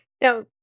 Now